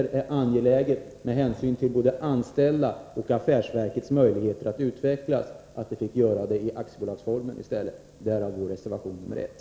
Med hänsyn till både de anställda och FFV:s möjligheter att utvecklas är det angeläget att affärsverket överförs till aktiebolag — därav vår reservation nr 1.